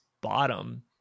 bottom